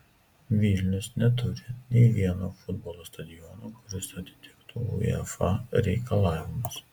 vilnius neturi nei vieno futbolo stadiono kuris atitiktų uefa reikalavimus